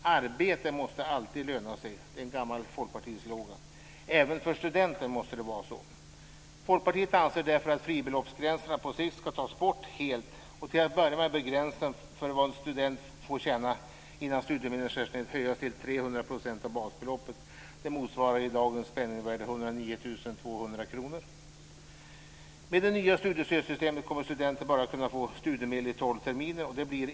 Arbete måste alltid löna sig. Det är en gammal folkpartislogan. Även för studenter måste det vara så. Folkpartiet anser därför att fribeloppsgränserna på sikt ska tas bort helt. Till att börja med bör gränsen för vad en student får tjäna innan studiemedlet skärs ned höjas till 300 % av basbeloppet. Det motsvarar med dagens penningvärde 109 200 Med det nya studiemedelssystemet kommer studenter bara att kunna få studiemedel i tolv terminer.